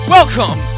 Welcome